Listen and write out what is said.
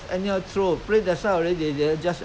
对 lor 抢才好玩 mah